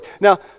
Now